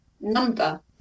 number